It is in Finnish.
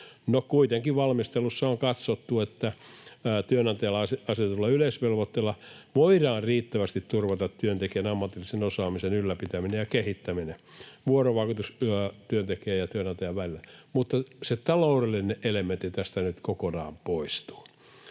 kuitenkin valmistelussa on katsottu, että työnantajalle asetetulla yleisvelvoitteella voidaan riittävästi turvata työntekijän ammatillisen osaamisen ylläpitämiseen ja kehittämiseen liittyvä vuorovaikutus työntekijän ja työnantajan välillä, mutta se taloudellinen elementti tästä nyt kokonaan poistuu.